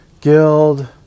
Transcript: Guild